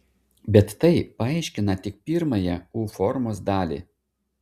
bet tai paaiškina tik pirmąją u formos dalį